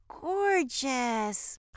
gorgeous